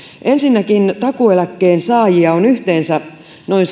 ensinnäkin takuueläkkeen saajia on yhteensä noin